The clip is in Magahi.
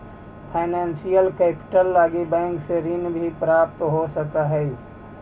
फाइनेंशियल कैपिटल लगी बैंक से ऋण भी प्राप्त हो सकऽ हई